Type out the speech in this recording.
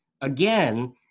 again